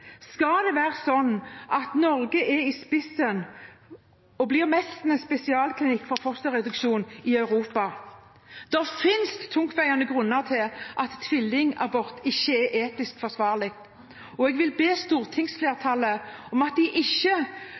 Skal det være sånn at Norge er i spissen og nærmest blir en spesialklinikk for fosterreduksjon i Europa? Det finnes tungtveiende grunner til at tvillingabort ikke er etisk forsvarlig. Jeg vil be stortingsflertallet om at de ikke